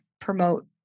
promote